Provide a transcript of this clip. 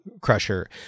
Crusher